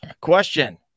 question